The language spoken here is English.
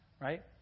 right